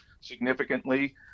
significantly